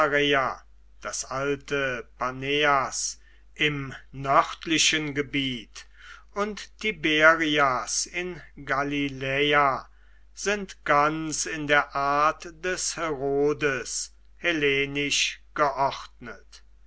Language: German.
das alte paneas im nördlichen gebiet und tiberias in galiläa sind ganz in der art des herodes hellenisch geordnet